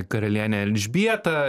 karaliene elžbieta